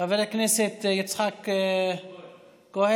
חבר הכנסת יצחק כהן,